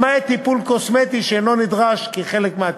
למעט טיפול קוסמטי, שאינו נדרש כחלק מהטיפול.